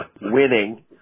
winning